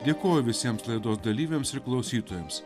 dėkoju visiems laidos dalyviams ir klausytojams